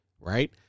right